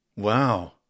Wow